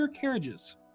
carriages